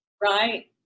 Right